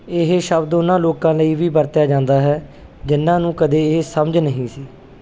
ਇਹ ਸ਼ਬਦ ਉਨ੍ਹਾਂ ਲੋਕਾਂ ਲਈ ਵੀ ਵਰਤਿਆ ਜਾਂਦਾ ਹੈ ਜਿਨ੍ਹਾਂ ਨੂੰ ਕਦੇ ਇਹ ਸਮਝ ਨਹੀਂ ਸੀ